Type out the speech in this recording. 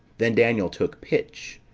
then daniel took pitch,